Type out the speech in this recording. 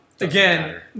Again